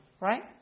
right